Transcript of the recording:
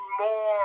more